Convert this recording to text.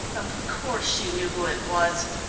of course you knew who it was!